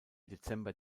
dezember